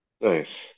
Nice